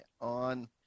on